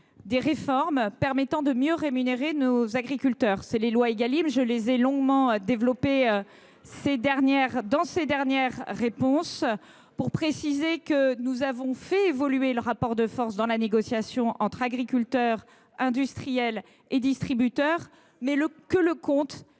des réformes permettant de mieux rémunérer nos agriculteurs. Il s’agit des lois Égalim, dont j’ai longuement parlé dans mes dernières réponses. Nous avons fait évoluer le rapport de force dans la négociation entre agriculteurs, industriels et distributeurs, mais le compte